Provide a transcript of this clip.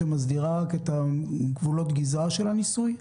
שמסדירה רק את גבולות הגזרה של הניסוי?